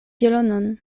violonon